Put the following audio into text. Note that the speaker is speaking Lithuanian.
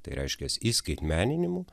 tai reiškias įskaitmeninimu